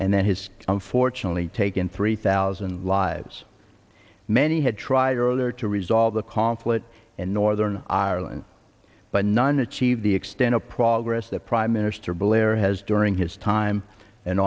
and then has unfortunately taken three thousand lives many had tried earlier to resolve the conflict in northern ireland but none achieved the extent of progress that prime minister blair has during his time in